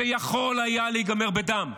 שיכול היה להיגמר בדם.